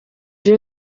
you